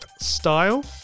style